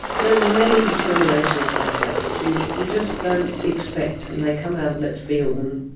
there were many discriminations like that that you you just don't expect and they come out of left field and